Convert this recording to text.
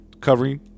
covering